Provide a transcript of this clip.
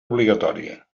obligatòria